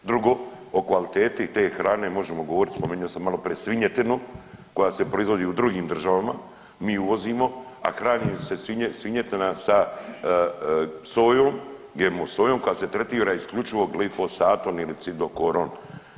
Drugo o kvaliteti te hrane možemo govoriti, spominjao sam maloprije svinjetinu koja se proizvodi u drugim državama, mi uvozimo, a hrani se svinjetina sa sojom GMO sojom koja se tretira isključivo glifosatom ili cidokorom.